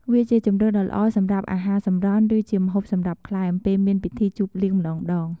វាជាជម្រើសដ៏ល្អសម្រាប់អាហារសម្រន់ ឬ ជាម្ហូបសម្រាប់ក្លែម ពេលមានពិធីជួបលៀងម្តងៗ។